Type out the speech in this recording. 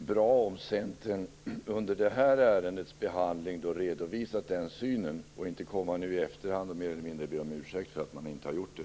Herr talman! Det hade varit bra om man från Centern under behandlingen av det här ärendet hade redovisat den synen, i stället för att nu i efterhand mer eller mindre be om ursäkt för att man inte har gjort det.